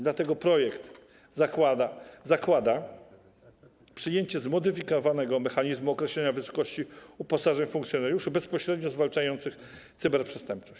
Dlatego projekt zakłada przyjęcie zmodyfikowanego mechanizmu określenia wysokości uposażeń funkcjonariuszy bezpośrednio zwalczających cyberprzestępczość.